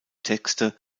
texte